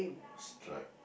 stripe